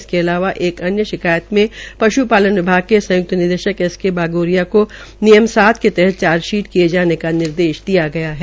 इसके अलावा एक अन्य शिकायत में पश् पालन विभाग के संयुक्त निदेशक एस के बागोरिया को नियम सात के तहत चार्जशीट किये जाने का निर्देश दिया गया है